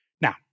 Now